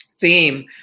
theme